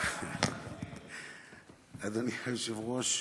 אדוני היושב-ראש,